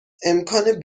امکان